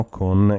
con